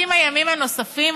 "60 הימים הנוספים",